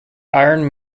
iron